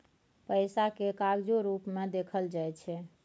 पैसा केँ कागजो रुप मे देखल जाइ छै